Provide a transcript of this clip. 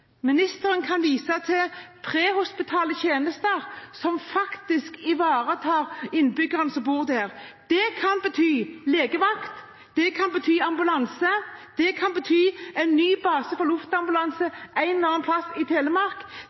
ministeren kan vise til prehospitale tjenester som faktisk ivaretar innbyggerne som bor der. Det kan bety legevakt, det kan bety ambulanse, det kan bety en ny base for luftambulanse en eller annen plass i Telemark.